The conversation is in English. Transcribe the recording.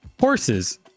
Horses